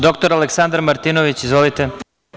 Dr Aleksandar Martinović, izvolite.